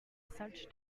such